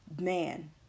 man